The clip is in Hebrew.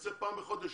ויוצא הביתה פעם בחודש.